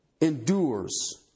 endures